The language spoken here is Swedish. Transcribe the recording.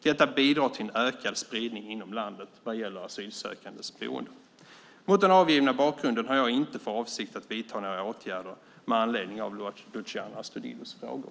Detta bidrar till en ökad spridning inom landet vad gäller asylsökandes boende. Mot den angivna bakgrunden har jag inte för avsikt att vidta några åtgärder med anledning av Luciano Astudillos frågor.